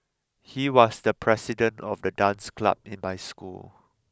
he was the president of the dance club in my school